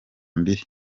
mbili